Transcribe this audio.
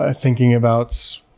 ah thinking about